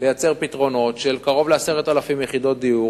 לייצר פתרונות של כ-10,000 יחידות דיור,